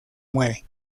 mueve